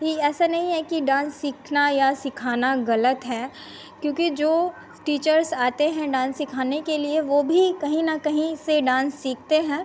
ही ऐसा नहीं है कि डान्स सीखना या सिखाना गलत है क्योंकि जो टीचर्स आते हैं डान्स सिखाने के लिए वह भी कहीं न कहीं से डान्स सीखते हैं